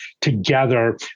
together